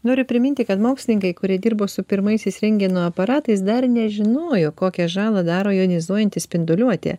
noriu priminti kad mokslininkai kurie dirbo su pirmaisiais rentgeno aparatais dar nežinojo kokią žalą daro jonizuojanti spinduliuotė